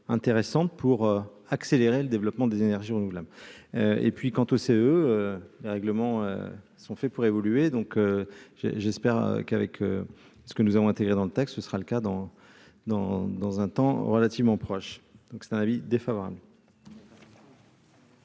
intéressante pour accélérer le développement des énergies renouvelables et puis quant au CE, les règlements sont faits pour évoluer, donc j'ai, j'espère qu'avec ce que nous avons intégré dans le texte, ce sera le cas dans, dans, dans un temps relativement proche donc c'est un avis défavorable.